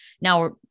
now